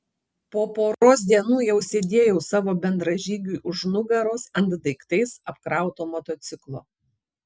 po poros dienų jau sėdėjau savo bendražygiui už nugaros ant daiktais apkrauto motociklo